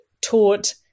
taught